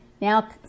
now